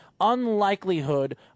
unlikelihood